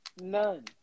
None